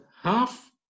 half